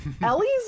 Ellie's